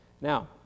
Now